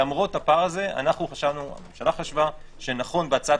למרות הפער הזה הממשלה חשבה שנכון בהצעת